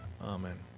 amen